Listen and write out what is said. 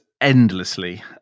endlessly